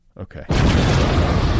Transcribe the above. okay